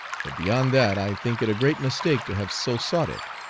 but beyond that i think it a great mistake to have so sought it.